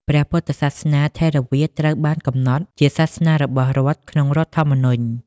ព្រះពុទ្ធសាសនាថេរវាទត្រូវបានកំណត់ជាសាសនារបស់រដ្ឋក្នុងរដ្ឋធម្មនុញ្ញ។